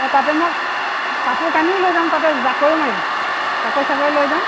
অঁ তাতে মই কাপোৰ কানিও লৈ যাম তাতে জাকৈও মাৰিম জাকৈ চাকৈ লৈ যাম